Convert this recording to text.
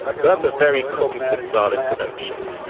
so that's a very cognitive style intervention.